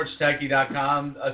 sportstechie.com